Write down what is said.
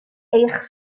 eich